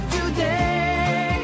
Today